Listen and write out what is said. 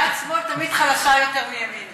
יד שמאל תמיד חלשה יותר מימין.